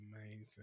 amazing